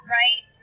right